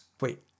Wait